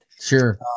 sure